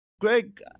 Greg